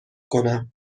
کنم